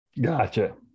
Gotcha